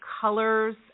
colors